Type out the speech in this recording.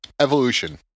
evolution